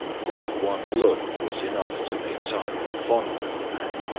that one look was enough to make simon fond of the man.